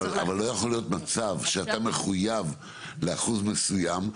אבל לא יכול להיות מצב שאתה מחויב לאחוז מסוים,